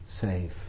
safe